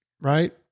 right